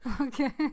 Okay